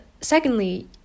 secondly